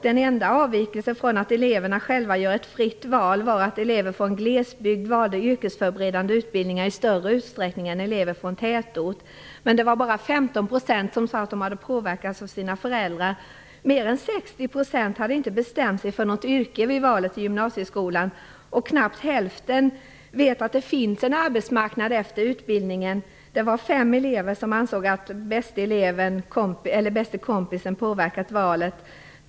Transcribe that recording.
Den enda avvikelsen från att eleverna själva gör ett fritt val var att elever från glesbygd valde yrkesförberedande utbildningar i större utsträckning än elever från tätorter. Bara 15 % av eleverna sade att de hade påverkats av sina föräldrar. Mer än 60 % hade inte bestämt sig för något yrke vid valet till gymnasieskolan - knappt hälften av dem vet att det finns en arbetsmarknad efter utbildningen. 5 elever ansåg att bästa kompisen påverkat deras val.